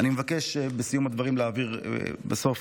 בסיום הדברים אני מבקש להעביר בסוף,